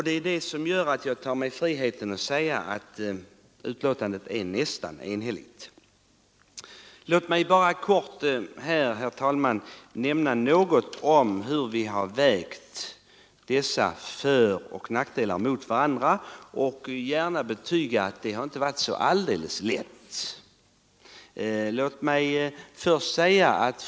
Det är detta som gör att jag tar mig friheten säga att betänkandet är nästan enhälligt. Låt mig här bara, herr talman, nämna något om hur vi har vägt dessa föroch nackdelar mot varandra. Jag vill gärna betyga att det inte varit så alldeles lätt att göra det.